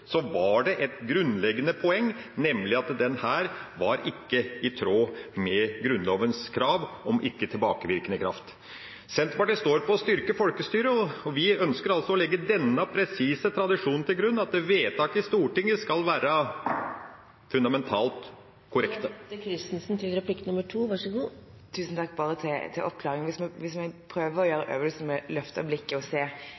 var det et grunnleggende poeng, nemlig at formuleringa ikke var i tråd med Grunnlovens krav om ikke tilbakevirkende kraft. Senterpartiet står på å styrke folkestyret, og vi ønsker altså å legge denne presise tradisjonen til grunn, at vedtak i Stortinget skal være fundamentalt korrekte. Bare til en oppklaring: Hvis man prøver å gjøre den øvelsen å løfte blikket og se litt utover vår egen politiske situasjon i dag – og det synes jeg vi bør gjøre når det